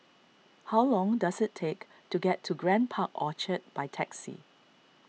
how long does it take to get to Grand Park Orchard by taxi